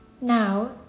Now